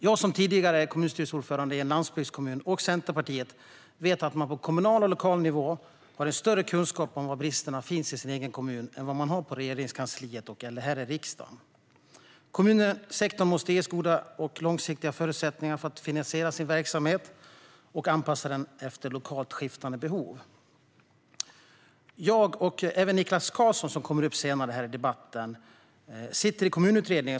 Jag är tidigare kommunstyrelseordförande i en landsbygdskommun, och jag och Centerpartiet vet att man på kommunal och lokal nivå har större kunskap om bristerna i den egna kommunen än Regeringskansliet eller riksdagen har. Kommunsektorn måste ges goda och långsiktiga förutsättningar att finansiera sin verksamhet och anpassa den efter lokalt skiftande behov. Jag och Niklas Karlsson, som kommer att komma upp i talarstolen lite senare, sitter med i Kommunutredningen.